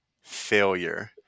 failure